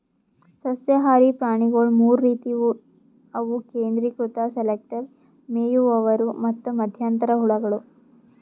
ಸಸ್ಯಹಾರಿ ಪ್ರಾಣಿಗೊಳ್ ಮೂರ್ ರೀತಿವು ಅವು ಕೇಂದ್ರೀಕೃತ ಸೆಲೆಕ್ಟರ್, ಮೇಯುವವರು ಮತ್ತ್ ಮಧ್ಯಂತರ ಹುಳಗಳು